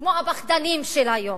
כמו הפחדנים של היום,